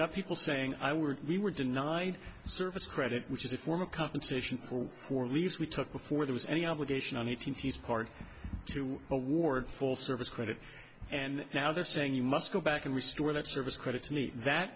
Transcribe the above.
got people saying i were we were denied service credit which is a form of compensation for leaves we took before there was any obligation on e t s part to award full service credit and now they're saying you must go back and restore that service credit to me that